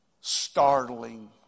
startling